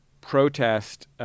protest